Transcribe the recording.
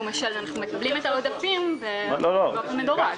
אנחנו מקבלים את העודפים באופן מדורג.